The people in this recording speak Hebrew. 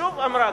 שוב אמרה,